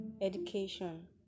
education